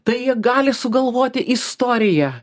tai jie gali sugalvoti istoriją